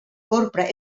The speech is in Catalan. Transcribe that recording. copra